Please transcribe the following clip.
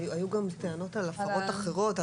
היו גם טענות על הפרות אחרות,